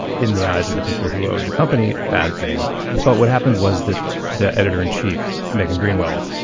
in the eyes of the people who owned the company a bad thing. but what happened was that the editor in chief megan greenwell